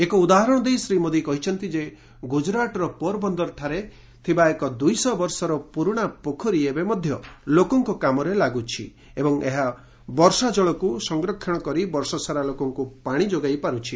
ଏକ ଉଦାହରଣ ଦେଇ ଶ୍ରୀ ମୋଦି କହିଛନ୍ତି ଯେ ଗୁଜରାଟର ପୋର ବନ୍ଦରଠାରେ ଥିବା ଏକ ଦୁଇଶହ ବର୍ଷର ପୁରୁଣା ପୋଖରୀ ଏବେ ମଧ୍ୟ ଲୋକଙ୍କ କାମରେ ଲାଗୁଛି ଏବଂ ଏହା ବର୍ଷାଜଳକୁ ସଂରକ୍ଷଣ କରି ବର୍ଷସାରା ଲୋକଙ୍କୁ ପାଣି ଯୋଗାଇ ପାରୁଛି